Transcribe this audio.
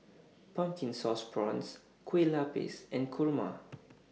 Pumpkin Sauce Prawns Kueh Lapis and Kurma